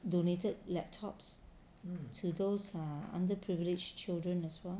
donated laptops to those err underprivileged children as well